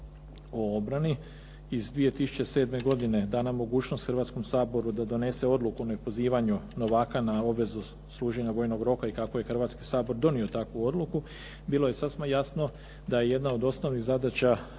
o obrani iz 2007. godine dana mogućnost Hrvatskom saboru da donese odluku o nepozivanju novaka na obvezu služenja vojnog roka i kako je Hrvatski sabor donio takvu odluku bilo je sasvim jasno da je jedna od osnovnih zadaća